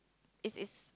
is is